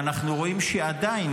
ואנחנו רואים שעדיין,